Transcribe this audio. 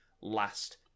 last